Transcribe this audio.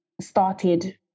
started